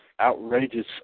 outrageous